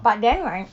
but then right